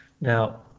Now